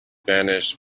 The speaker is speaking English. banished